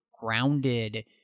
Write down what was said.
grounded